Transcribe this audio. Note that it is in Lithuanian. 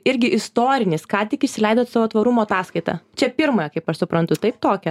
irgi istorinis ką tik išsileidot savo tvarumo ataskaitą čia pirmąją kaip aš suprantu taip tokią